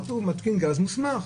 כתוב "מתקין גז מוסמך".